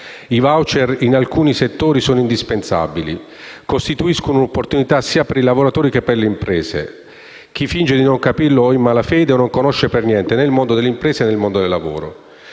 i *voucher* sono indispensabili e costituiscono un'opportunità sia per i lavoratori, che per le imprese. Chi finge di non capirlo è in malafede, o non conosce per niente il mondo dell'impresa, né quello del lavoro.